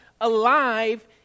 alive